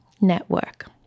Network